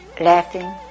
laughing